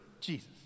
Jesus